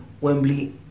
Wembley